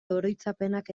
oroitzapenak